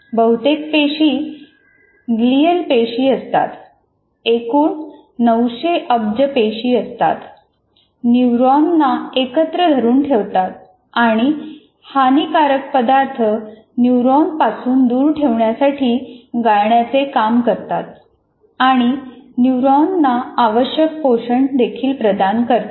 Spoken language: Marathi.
बहुतेक पेशी ग्लियल पेशी असतात एकूण 900 अब्ज पेशी असतात न्यूरॉन्सना एकत्र धरून ठेवतात आणि हानिकारक पदार्थ न्यूरॉन्सपासून दूर ठेवण्यासाठी गाळण्याचे काम करतात आणि न्यूरॉन्सना आवश्यक पोषण देखील प्रदान करतात